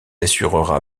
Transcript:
assurera